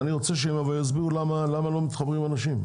אני רוצה שהם יסבירו למה לא מחברים אנשים,